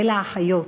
ולאחיות.